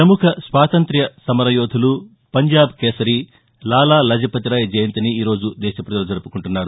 ప్రముఖ స్వాతంత్ర్య సమర యోధుడు పంజాబ్ కేసరి లాలా లజపతిరాయ్ జయంతిని ఈరోజు దేశ ప్రజలు జరుపుకుంటున్నారు